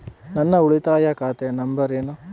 ನನ್ನ ಉಳಿತಾಯ ಖಾತೆ ನಂಬರ್ ಏನು?